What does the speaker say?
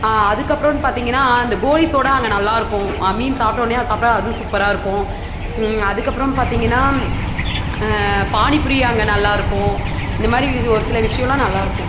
அதுக்கப்புறம்னு பார்த்தீங்கன்னா அந்த கோலி சோடா அங்கே நல்லாயிருக்கும் மீன் சாப்பிட்டோனையே அது சாப்பிட்டா அதுவும் சூப்பராக இருக்கும் அதுக்கப்புறம் பார்த்தீங்கன்னா பானி பூரி அங்கே நல்லாயிருக்கும் இந்த மாதிரி ஒரு சில விஷயம்லாம் நல்லாயிருக்கும்